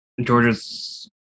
Georgia's